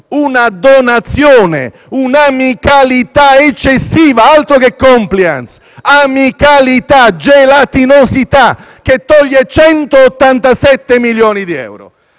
una donazione, un'amicalità eccessiva; altro che *compliance*! Amicalità, gelatinosità che toglie 187 milioni di euro.